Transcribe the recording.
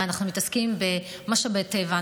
הרי אנחנו מתעסקים במשאבי טבע,